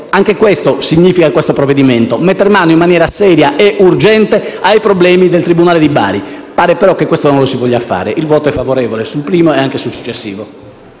Anche questo significa tale provvedimento: mettere mano in maniera seria e urgente ai problemi del tribunale di Bari. Pare però che questo non lo si voglia fare. Il voto sarà pertanto favorevole su tale emendamento e anche sul successivo.